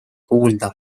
kuulda